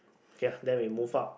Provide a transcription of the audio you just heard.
okay then we move up